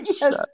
Yes